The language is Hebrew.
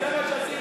זה מה שעשיתם.